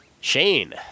Shane